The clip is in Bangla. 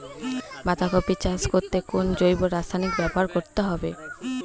বাঁধাকপি চাষ করতে কোন জৈব রাসায়নিক ব্যবহার করতে হবে?